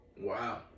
Wow